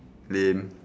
lame